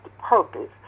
purpose